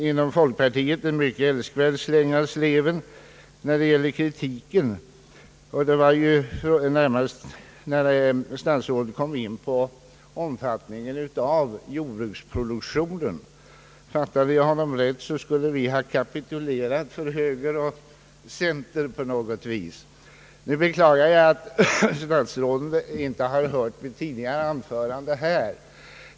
Inom folkpartiet fick vi en älskvärd släng av sleven när statsrådet kom in på omfattningen av jordbruksproduktionen. Fattade jag honom rätt skulle vi ha kapitulerat för höger och center. Jag beklagar att statsrådet inte hörde mitt tidigare anförande.